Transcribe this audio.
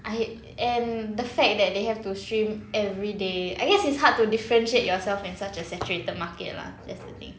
I and the fact that they have to stream every day I guess it's hard to differentiate yourself in such a saturated market lah that's the thing